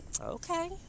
Okay